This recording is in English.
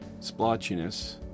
splotchiness